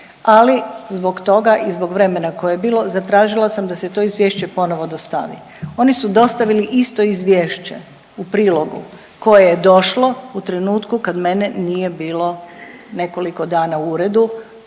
ali zbog toga i zbog vremena koje je bilo zatražila sam da se to izvješće ponovo dostavi. Oni su dostavili isto izvješće u prilogu koje je došlo u trenutku kad mene nije bilo nekoliko dana u uredu,